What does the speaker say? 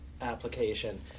application